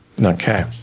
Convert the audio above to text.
okay